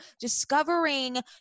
discovering